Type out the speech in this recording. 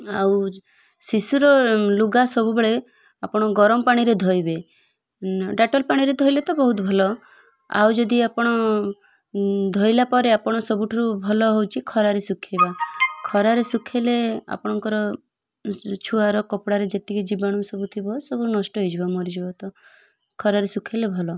ଆଉ ଶିଶୁର ଲୁଗା ସବୁବେଳେ ଆପଣ ଗରମ ପାଣିରେ ଧୋଇବେ ଡେଟଲ୍ ପାଣିରେ ଧୋଇଲେ ତ ବହୁତ ଭଲ ଆଉ ଯଦି ଆପଣ ଧୋଇଲା ପରେ ଆପଣ ସବୁଠୁ ଭଲ ହେଉଛି ଖରାରେ ଶୁଖାଇବା ଖରାରେ ଶୁଖାଇଲେ ଆପଣଙ୍କର ଛୁଆର କପଡ଼ାରେ ଯେତିକି ଜୀବାଣୁ ସବୁ ଥିବ ସବୁ ନଷ୍ଟ ହୋଇଯିବ ମରିଯିବ ତ ଖରାରେ ଶୁଖାଇଲେ ଭଲ